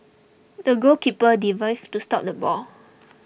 the goalkeeper dived to stop the ball